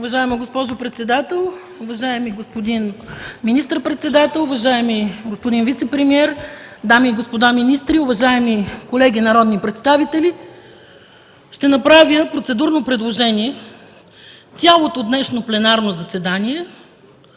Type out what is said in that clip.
Уважаема госпожо председател, уважаеми господин министър-председател, уважаеми господин вицепремиер, дами и господа министри, уважаеми колеги народни представители! Ще направя процедурно предложение – цялото днешно пленарно заседание